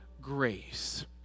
grace